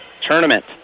tournament